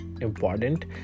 important